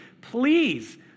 Please